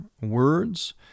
words